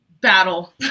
battle